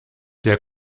der